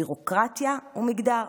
ביורוקרטיה ומגדר.